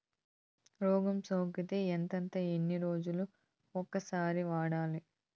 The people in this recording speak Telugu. రోగం సోకితే ఎంతెంత ఎన్ని రోజులు కొక సారి వాడాలి?